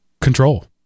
control